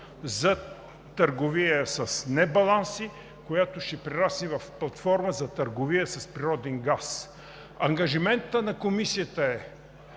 за търговия с небаланси, която ще прерасне в платформа за търговия с природен газ. Ангажиментът на Комисията е